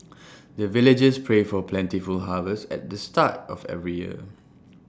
the villagers pray for plentiful harvest at the start of every year